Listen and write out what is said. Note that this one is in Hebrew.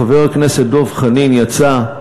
חבר הכנסת דב חנין יצא,